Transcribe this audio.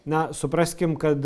na supraskim kad